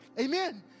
Amen